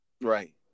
Right